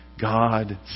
God